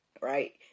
right